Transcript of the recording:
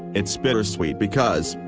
it's bittersweet because,